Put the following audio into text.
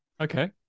Okay